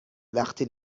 وقتی